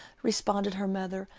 responded her mother,